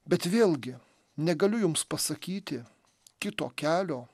bet vėlgi negaliu jums pasakyti kito kelio